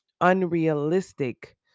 unrealistic